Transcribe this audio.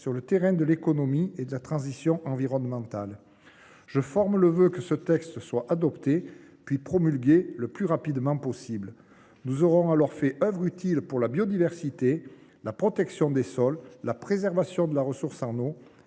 pour concilier économie et transition environnementale. Je forme le vœu que ce texte soit adopté, puis promulgué le plus rapidement possible. Nous aurons alors fait œuvre utile pour la biodiversité, pour la protection des sols, pour la préservation de la ressource en eau